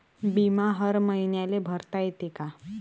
बिमा हर मईन्याले भरता येते का?